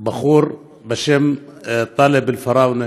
בחור בשם טאלב אלפראונה,